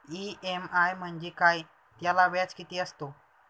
EMI म्हणजे काय? त्याला व्याज किती असतो?